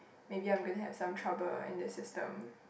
maybe I am gonna have some trouble at this system